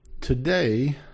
Today